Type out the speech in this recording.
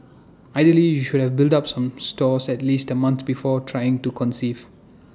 ideally you should have built up some stores at least A month before trying to conceive